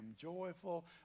joyful